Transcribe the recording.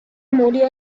murió